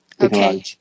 Okay